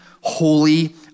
holy